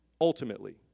Ultimately